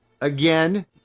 again